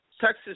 Texas